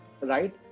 right